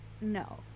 No